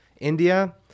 India